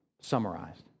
summarized